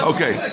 Okay